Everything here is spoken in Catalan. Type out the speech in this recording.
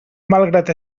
malgrat